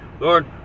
Lord